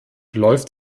läuft